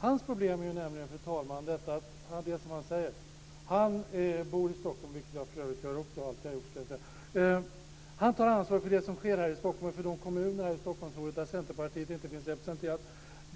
Hans problem är nämligen, fru talman, detta som han själv säger: Han bor i Stockholm. Det gör för övrigt jag också och har alltid gjort, ska jag säga. Han tar ansvar för det som sker här i Stockholm och för de kommuner i Stockholmsområdet där Centerpartiet inte finns representerat.